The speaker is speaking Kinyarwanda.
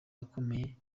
akomeye